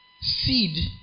seed